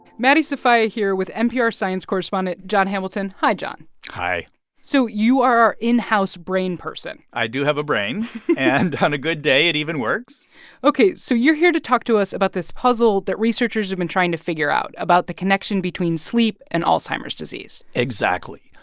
maddie sofia here with npr science correspondent jon hamilton hi, jon hi so you are our in-house brain person i do have a brain and on a good day, it even works ok. so you're here to talk to us about this puzzle that researchers have been trying to figure out about the connection between sleep and alzheimer's disease exactly.